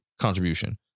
contribution